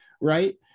right